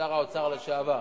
שר האוצר לשעבר,